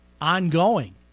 ongoing